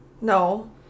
No